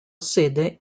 sede